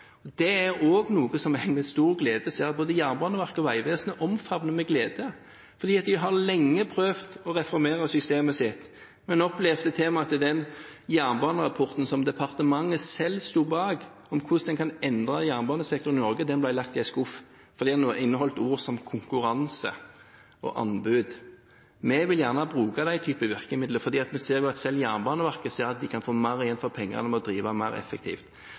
er også noe som vi med stor glede ser at både Jernbaneverket og Vegvesenet omfavner med glede. For de har lenge prøvd å reformere systemet sitt, men opplevde til og med at den jernbanerapporten som departementet selv sto bak, om hvordan en kan endre jernbanesektoren i Norge, ble lagt i en skuff fordi den inneholdt ord som «konkurranse» og «anbud». Vi vil gjerne bruke den typen virkemidler, for vi ser at selv Jernbaneverket ser at de kan få mer igjen for pengene ved å drive mer effektivt.